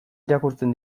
irakurtzen